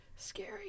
Scary